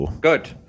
Good